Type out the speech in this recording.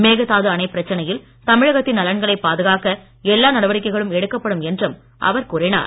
மேகதாது அணைப்பிரச்சனையில் தமிழகத்தின் நலன்களை பாதுகாக்க எல்லா நடவடிக்கைகளும் எடுக்கப்படும் என்றும் அவர் கூறினார்